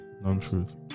non-truth